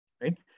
right